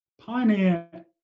Pioneer